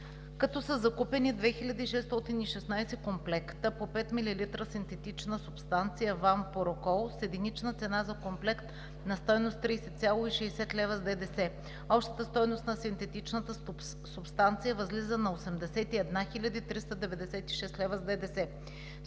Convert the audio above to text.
като са закупени 2616 комплекта по пет милилитра синтетична субстанция вам порокол с единична цена за комплект на стойност 30,60 лв. с ДДС. Общата стойност на синтетичната субстанция възлиза на 81 396 лв. с ДДС.